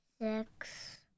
Six